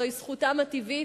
זוהי זכותם הטבעית,